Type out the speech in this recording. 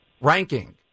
ranking